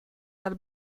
dal